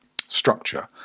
structure